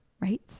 right